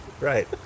Right